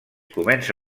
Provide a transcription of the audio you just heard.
comença